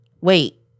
Wait